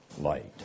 light